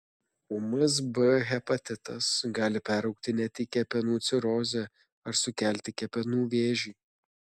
ūmus b hepatitas gali peraugti net į kepenų cirozę ar sukelti kepenų vėžį